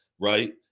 right